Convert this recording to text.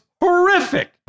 horrific